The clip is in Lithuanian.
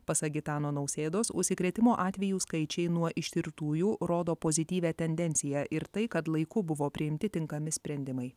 pasak gitano nausėdos užsikrėtimo atvejų skaičiai nuo ištirtųjų rodo pozityvią tendenciją ir tai kad laiku buvo priimti tinkami sprendimai